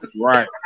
right